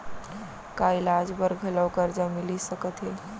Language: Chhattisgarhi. का इलाज बर घलव करजा मिलिस सकत हे?